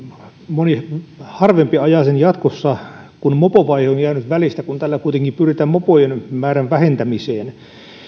moni harvempi ajaa sen jatkossa kun mopovaihe on jäänyt välistä kun tällä kuitenkin pyritään mopojen määrän vähentämiseen